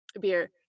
beer